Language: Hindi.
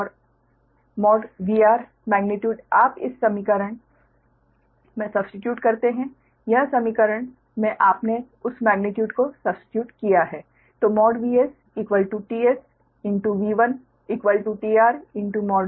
और V R मेग्नीट्यूड आप इस समीकरण में सब्स्टीट्यूट करते हैं यह समीकरण मे आपने उस मेग्नीट्यूड को सब्स्टीट्यूट किया है VS t sV 1 tR